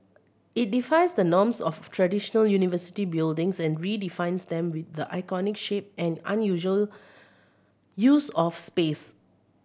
it defies the norms of traditional university buildings and redefines them with the iconic shape and unusual use of space